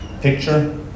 picture